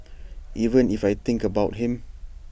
even if I think about him